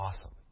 awesome